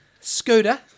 Scooter